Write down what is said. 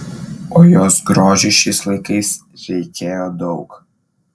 o jos grožiui šiais laikais reikėjo daug